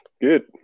Good